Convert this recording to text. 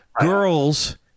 Girls